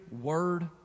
word